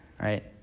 right